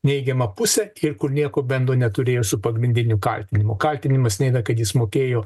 neigiama pusė ir kur nieko bendro neturėjo su pagrindiniu kaltinimu kaltinimas neina kad jis mokėjo